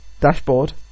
dashboard